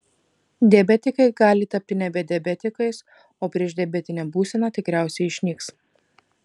diabetikai gali tapti nebe diabetikais o priešdiabetinė būsena tikriausiai išnyks